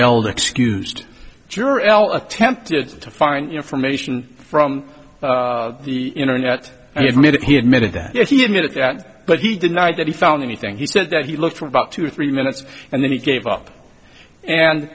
elder excused juror l attempted to find information from the internet and he admitted he admitted that he admitted that but he denied that he found anything he said that he looked for about two or three minutes and then he gave up and